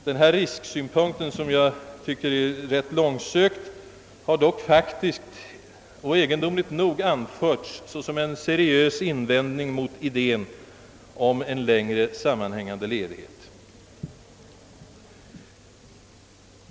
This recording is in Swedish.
Denna risksynpunkt, som jag tycker är ganska långsökt, har dock faktiskt och egendomligt nog anförts som en seriös invändning mot idén om en längre sammanhängande ledighet.